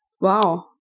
Wow